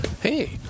hey